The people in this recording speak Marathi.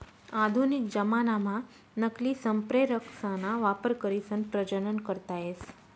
आधुनिक जमानाम्हा नकली संप्रेरकसना वापर करीसन प्रजनन करता येस